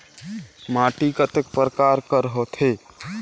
माटी कतेक परकार कर होथे?